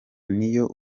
niyo